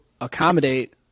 accommodate